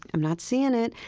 i'm not seeing it.